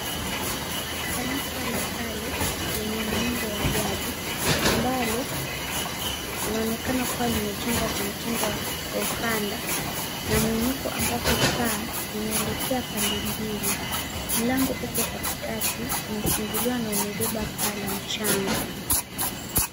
Kanisa la kale lenye muundo wa jadi ambalo linaonekana kuwa limejengwa kwa mtindo wa ukanda na mwinuko ambapo paa zinaelekea pande mbili. Mlango upo katikati, umefunguliwa na umebeba paa la mchanga.